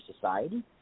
society